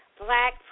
Black